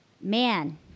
man